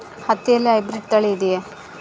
ಹತ್ತಿಯಲ್ಲಿ ಹೈಬ್ರಿಡ್ ತಳಿ ಇದೆಯೇ?